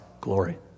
glory